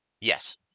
Yes